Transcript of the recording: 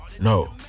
No